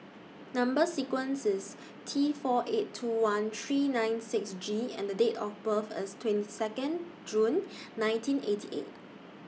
Number sequence IS T four eight two one three nine six G and Date of birth IS twenty Second June nineteen eighty eight